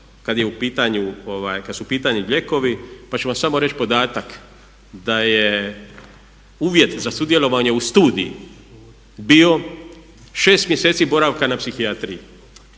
kad je u pitanju lijekovi pa ću vam samo reći podatak da je uvjet za sudjelovanje u studiji bio šest mjeseci boravaka na psihijatriji.